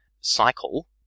cycle